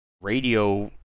radio